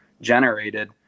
generated